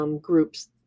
groups